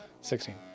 Sixteen